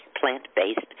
plant-based